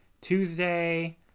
Tuesday